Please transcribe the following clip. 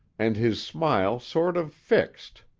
and his smile sort of fixed.